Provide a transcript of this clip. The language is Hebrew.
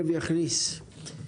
מקלב יכניס את זה לסיכום.